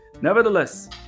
nevertheless